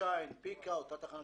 מה חדש